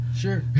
Sure